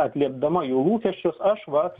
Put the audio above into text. atliepdama jų lūkesčius aš va